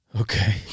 Okay